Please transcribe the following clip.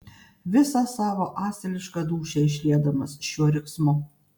visą savo asilišką dūšią išliedamas šiuo riksmu